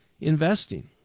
investing